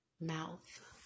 mouth